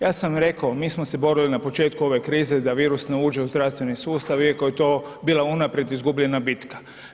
Ja sam rekao, mi smo se borili na početku ove krize da virus ne uđe u zdravstveni sustav iako je to bila unaprijed izgubljena bitka.